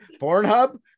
Pornhub